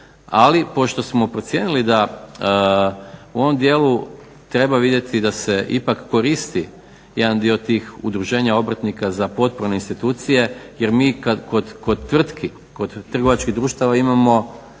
ali pošto smo procijenili da u ovom dijelu treba vidjeti da se ipak koristi jedan dio tih udruženja obrtnika za potporne institucije jer mi kad kod tvrtki, kod trgovačkih društava imamo